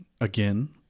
again